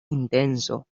intenso